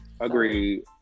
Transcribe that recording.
Agreed